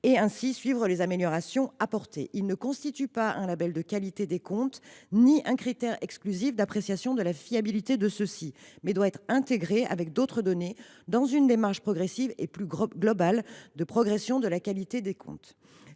et de suivre les améliorations apportées. Il ne constitue pas un label de qualité des comptes ni un critère exclusif d’appréciation de leur fiabilité, mais doit être intégré avec d’autres données dans une démarche progressive et plus globale d’amélioration de la qualité des comptes.